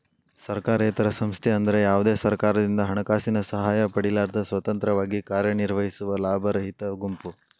ಸರ್ಕಾರೇತರ ಸಂಸ್ಥೆ ಅಂದ್ರ ಯಾವ್ದೇ ಸರ್ಕಾರದಿಂದ ಹಣಕಾಸಿನ ಸಹಾಯ ಪಡಿಲಾರ್ದ ಸ್ವತಂತ್ರವಾಗಿ ಕಾರ್ಯನಿರ್ವಹಿಸುವ ಲಾಭರಹಿತ ಗುಂಪು